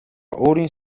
өөрийн